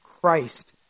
Christ